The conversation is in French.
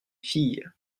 filles